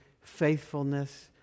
faithfulness